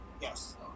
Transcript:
Yes